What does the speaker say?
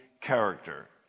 character